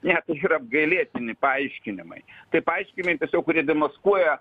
ne tai čia yra apgailėtini paaiškinimai tai paaiškinai tiesiog kurie demaskuoja